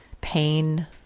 pain